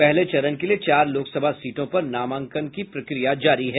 पहले चरण के लिए चार लोकसभा सीटों पर नामांकन प्रक्रिया जारी है